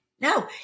No